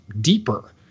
deeper